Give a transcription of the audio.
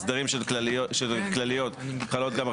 ההסדרים של כלליות חלות גם על